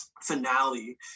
finale